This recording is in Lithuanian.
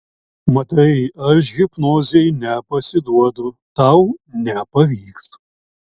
matai aš hipnozei nepasiduodu tau nepavyks